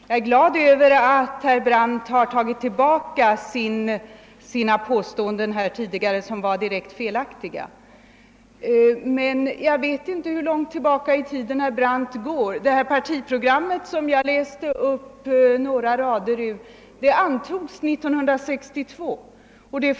Jag är glad över att herr Brandt har tagit tillbaka sina tidigare påståenden, som var direkt felaktiga, men jag vet inte hur långt tillbaka i tiden han går. Det partiprogram som jag läste några rader ur antogs 1962.